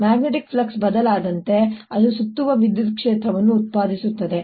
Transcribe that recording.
magnetic flux ಬದಲಾದಂತೆ ಅದು ಸುತ್ತುವ ವಿದ್ಯುತ್ ಕ್ಷೇತ್ರವನ್ನು ಉತ್ಪಾದಿಸುತ್ತದೆ